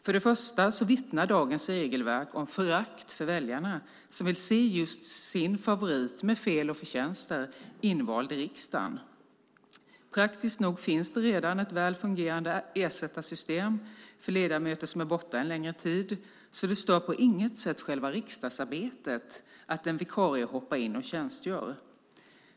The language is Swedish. För det första vittnar dagens regelverk om förakt för väljarna som vill se just sin favorit med fel och förtjänster invald i riksdagen. Praktiskt nog finns det redan ett väl fungerande ersättarsystem för ledamöter som är borta en längre tid, så det stör på inget sätt själva riksdagsarbetet att en vikarie hoppar in och tjänstgör.